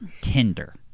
tinder